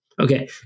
Okay